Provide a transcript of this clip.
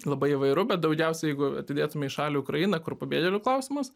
labai įvairu bet daugiausia jeigu atidėtume į šalį ukrainą kur pabėgėlių klausimas